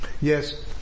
Yes